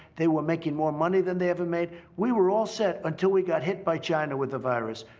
they were making more money than they ever made. we were all set until we got hit by china with the virus.